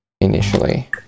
Initially